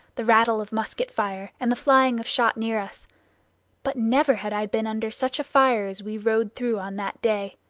the rattle of musket fire, and the flying of shot near us but never had i been under such a fire as we rode through on that day.